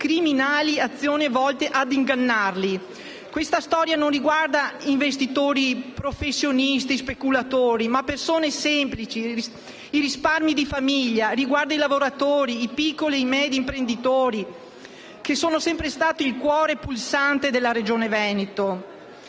criminali azioni volte ad ingannarli. Questa storia non riguarda investitori professionisti o speculatori, ma persone semplici e risparmi di famiglia. Riguarda i lavoratori e i piccoli e medi imprenditori, che sono sempre stati il cuore pulsante della Regione Veneto,